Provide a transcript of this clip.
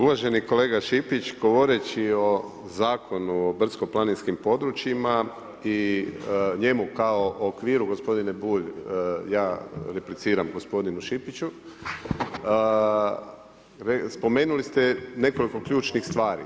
Uvaženi kolega Šipić, govoreći o Zakonu o brdsko-planinskim područjima i njemu kao okviru, gospodine Bulj, ja repliciram gospodinu Šipiću, spomenuli ste nekoliko ključnih stvari.